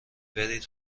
برید